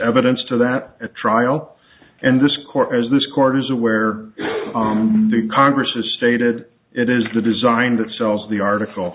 evidence to that at trial and this court as this court is aware of the congress has stated it is the design that sells the article